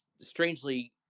strangely